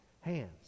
hands